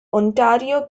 ontario